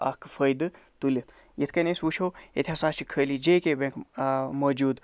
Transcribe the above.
اکھ فٲیدٕ تُلِتھ یِتھ کٔنۍ أسۍ وُچھو ییٚتہِ ہسا چھُ خٲلی جے کے بٮ۪نک آ موجوٗد